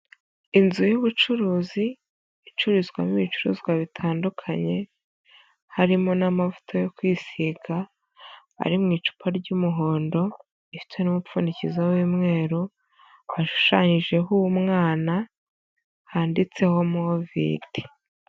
Inzu y'ubucuruzi icururizwamo ibicuruzwa bitandukanye, harimo n'amavuta yo kwisiga ari mu icupa ry'umuhondo rifite n'umupfundikizo w'umweru, akaba ashushanyijeho umwana handitseho Movit.